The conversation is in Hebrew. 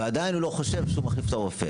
ועדיין הוא לא חושב שהוא יכול להחליף את הרופא.